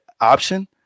option